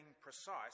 precise